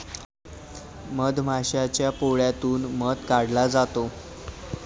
मधमाशाच्या पोळ्यातून मध काढला जातो